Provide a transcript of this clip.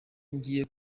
ngiye